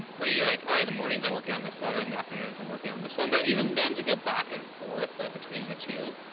where you're like, alright, in the mornings, i'm working on this letter in the afternoons, i'm working on this one, but even then to go back and forth like between the two,